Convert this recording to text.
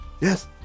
Yes